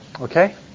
Okay